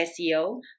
SEO